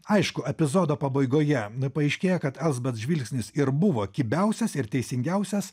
aišku epizodo pabaigoje paaiškėja kad elsbet žvilgsnis ir buvo kibiausias ir teisingiausias